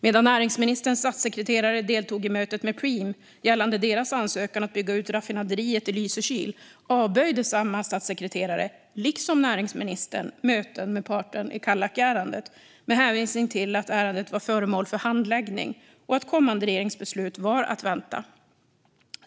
Medan näringsministerns statssekreterare deltog i mötet med Preem gällande deras ansökan att bygga ut raffinaderiet i Lysekil avböjde samma statssekreterare liksom näringsministern möten med parten i Kallakärendet, med hänvisning till att ärendet var föremål för handläggning och att kommande regeringsbeslut var att vänta.